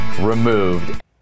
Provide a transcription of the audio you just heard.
removed